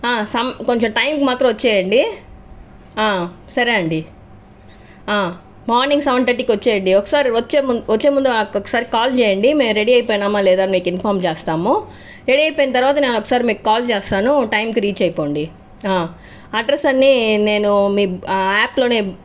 ఆ సమ్ కొంచెం టైంకి మాత్రం వచ్చేయండి ఆ సరే అండి ఆ మార్నింగ్ సెవెన్ థర్టీకి వచ్చేయండి ఒకసారి వచ్చే వచ్చే ముందు ఒకసారి కాల్ చేయండి మేము రెడీ అయిపోయినామా లేదా అని మీకు ఇన్ఫార్మ్ చేస్తాము రెడీ అయిపోయిన తరవాత మేము మీకొకసారి కాల్ చేస్తాను టైంకి రీచ్ అయిపోండి ఆ అడ్రస్ అన్నీ నేను మీ యాప్లోనే